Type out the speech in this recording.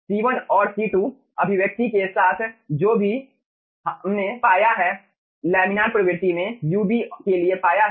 C1and C2 अभिव्यक्ति के साथ जो भी हमने पाया है लैमिनार प्रवृत्ति में ub के लिए पाया है